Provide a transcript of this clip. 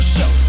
Show